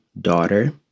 daughter